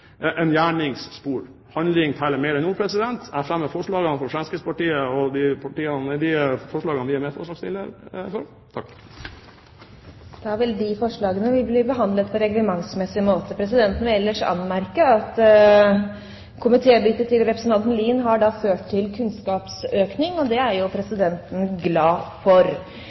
Gjernings Spor.» Handling teller mer enn ord. Jeg tar herved opp de forslagene som Fremskrittspartiet står alene om, og de forslagene som Fremskrittspartiet er medforslagsstiller til. Representanten Tord Lien har tatt opp de forslagene han refererte til. Presidenten vil ellers anmerke at komitébyttet til representanten Tord Lien har ført til kunnskapsøkning, og det er presidenten glad for.